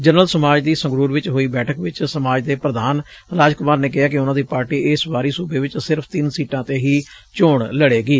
general ਸਮਾਜ ਦੀ ਸੰਗੂਰਰ ਚ ਹੋਈ ਬੈਠਕ ਚ ਸਮਾਜ ਦੇ ਪ੍ਧਾਨ ਰਾਜ ਕੁਮਾਰ ਨੇ ਕਿਹੈ ਕਿ ਉਨੂਾ ਦੀ ਪਾਰਟੀ ਇਸ ਵਾਰੀ ਸੂਬੇ ਚ ਸਿਰਫ਼ ਤਿੰਨ ਸੀਟਾਂ ਤੇ ਹੀ ਚੋਣ ਲੜੇਗੀ